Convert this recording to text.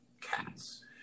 cats